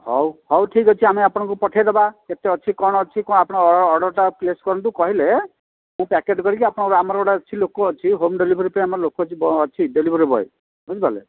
ହଉ ହଉ ଠିକ୍ ଅଛି ଆମେ ଆପଣଙ୍କୁ ପଠାଇଦେବା କେତେ ଅଛି କ'ଣ ଅଛି କ'ଣ ଆପଣ ଅର୍ଡ଼ର୍ଟା ପ୍ଲେସ୍ କରନ୍ତୁ କହିଲେ ମୁଁ ପ୍ୟାକେଟ୍ କରିକି ଆପଣଙ୍କୁ ଆମର ଗୋଟେ ଅଛି ଲୋକ ଅଛି ହୋମ୍ ଡେଲିଭରି ପାଇଁ ଆମର ଲୋକ ଅଛି ଡେଲିଭରି ବଏ ବୁଝିପାରିଲେ